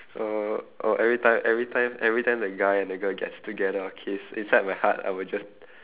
uh oh every time every time every time the guy and the girl gets together kiss inside my heart I will just